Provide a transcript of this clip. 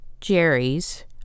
Jerry's